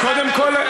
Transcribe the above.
קודם כול,